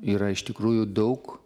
yra iš tikrųjų daug